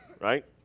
right